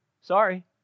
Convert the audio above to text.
Sorry